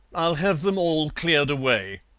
i'll have them all cleared away.